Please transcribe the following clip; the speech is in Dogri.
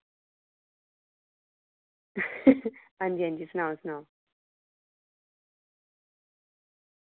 हां जी हां जी सनाओ सनाओ